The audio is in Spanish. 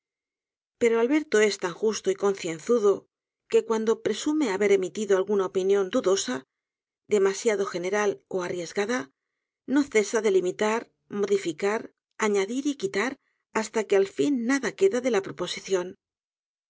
pero alberto es tan justo y concienzudo que cuando presume haber emitido alguna opinión dudosa demasiado general ó arriesgada no cesa de limitar modificar añadir y quitar hasta que al fin nada queda de la proposición